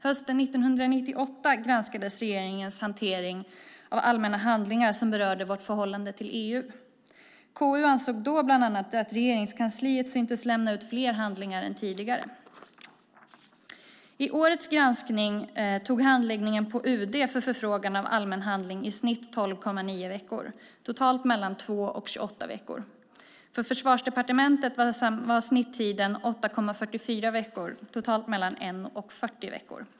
Hösten 1998 granskades regeringens hantering av allmänna handlingar som berörde vårt förhållande till EU. KU ansåg då bland annat att Regeringskansliet syntes lämna ut fler handlingar än tidigare. I årets granskning tog handläggningen på UD av förfrågan av allmän handling i snitt 12,9 veckor, totalt mellan 2 och 28 veckor. För Försvarsdepartementet var snittiden 8,44 veckor, totalt mellan 1 och 40 veckor.